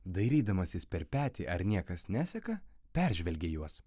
dairydamasis per petį ar niekas neseka peržvelgė juos